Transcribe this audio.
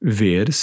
ver